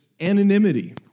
anonymity